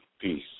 Peace